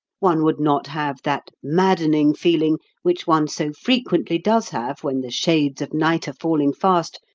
one would not have that maddening feeling, which one so frequently does have when the shades of night are falling fast,